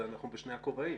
אנחנו בשני הכובעים.